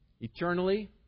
eternally